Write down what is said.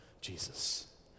Jesus